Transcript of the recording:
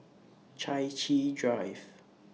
Chai Chee Drive